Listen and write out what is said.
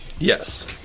Yes